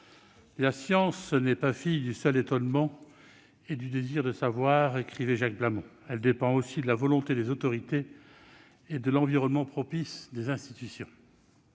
« la science n'est pas fille du seul étonnement et du désir de savoir » écrivait Jacques Blamont. Elle dépend aussi de la volonté des autorités et de l'environnement propice des institutions.